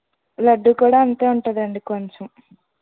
లడ్డు కూడా అంతే ఉంటుందండి కొంచెం